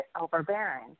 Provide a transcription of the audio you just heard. overbearing